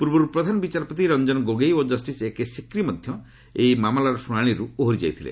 ପୂର୍ବରୁ ପ୍ରଧାନ ବିଚାରପତି ର୍ଚଜନ ଗୋଗୋଇ ଓ ଜଷ୍ଟିସ୍ ଏକେ ସିକ୍ରି ମଧ୍ୟ ଏହି ମାମଲାର ଶୁଣାଶିରୁ ଓହରିଯାଇଛନ୍ତି